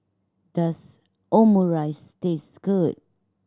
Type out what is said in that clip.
does Omurice taste good